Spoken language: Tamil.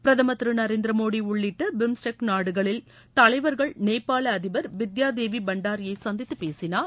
பிரதமர் திரு நரேந்திரமோடி உள்ளிட்ட பிம்ஸ்டெக் நாடுகளில் தலைவர்கள் நேபாள அதிபர் பித்தியா தேவி பண்டாரியை சந்தித்து பேசினர்